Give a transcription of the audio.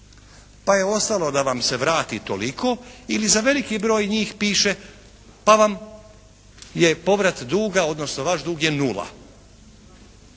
pa je ostalo da vam se vrati toliko. Ili za veliki broj njih piše pa vam je povrat duga odnosno vaš dug je nula.